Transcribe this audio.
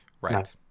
Right